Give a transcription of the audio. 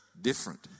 different